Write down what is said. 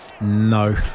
no